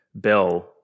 bill